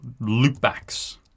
loopbacks